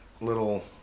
little